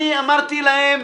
אני אמרתי להם,